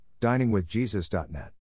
DiningWithJesus.net